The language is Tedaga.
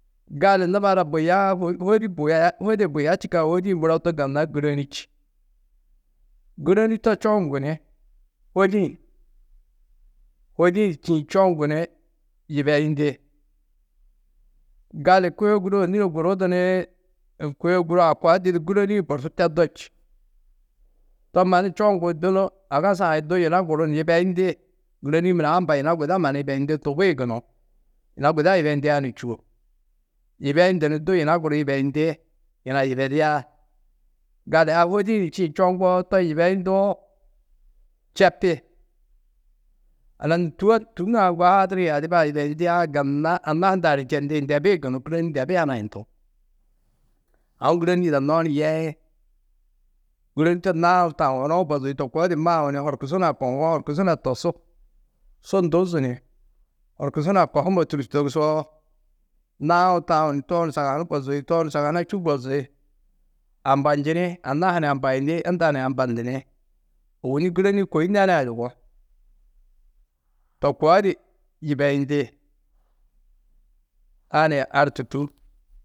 Gali numa ada buya-ã hôdi buya, hôde buya čîkã hôdi muro du gunna gûroni čî. Gûroni to čoŋgu ni, hôdi-ĩ, hôdi-ĩ du čîĩ čoŋgu ni yibeyindî. Gali kôe guru ônure guru du ni, kôe guru a kua didi gûroni-ĩ borsu teddo čî. To mannu čoŋgu du nu, agasu-ã du yina guru ni yibeyindi, gûroni-ĩ muro amba yina guda mannu yibeyindi ndubii gunú. Yina guda yibeyindiã ni čûo, yibeyindu ni du yina guru ni yibeyindi, yina yibedia, gali a hôdi-ĩ du čîĩ čoŋgoo, to yibeyindoo, čepi. Anna nû tûa, tû naa ŋgo hadirĩ adiba-ã yibeyindiã gunna, anna hundã ni čendi, ndebii gunú. Gûroni ndebi hanayundú. Aũ gûroni yidanoó ni yeĩ, gûroni to naũ taũ onoũ bozi to koo di maũ ni horkusu hunã kohuwo, horkusu hunã tosú. Su nduzu ni, horkusu hunã kohumo tûrtu togusoo, naũ taũ ni tooni sagahanu bozi, tooni sagahana cû̌ bozi. Ambanjini anna-ã ha ni ambayindi, unda ni ambandini, ôwonni gûroni kôi nania yugó. To koo di yibeyindi, a ni a tûrtu.